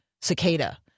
cicada